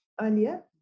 earlier